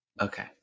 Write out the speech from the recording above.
Okay